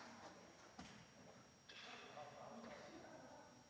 Tak